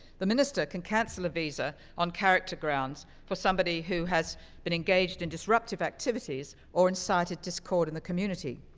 the minister can cancel a visa on character grounds for somebody who has been engaged in disruptive activities or incited discord in the community.